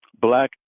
black